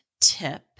tip